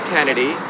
Kennedy